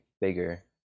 bigger